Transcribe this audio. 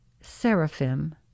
seraphim